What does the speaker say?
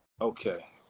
Okay